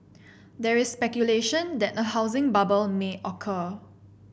there is speculation that a housing bubble may occur